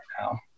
now